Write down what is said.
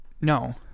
No